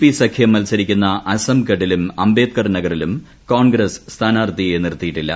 P സഖ്യം മത്സരിക്കുന്ന അസംഗഢിലും അംബേദ്കർ നഗറിലും കോൺഗ്രസ് സ്ഥാനാർത്ഥിയെ നിർത്തിയിട്ടില്ല